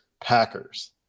packers